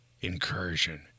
incursion